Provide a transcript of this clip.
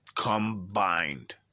combined